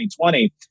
2020